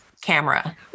camera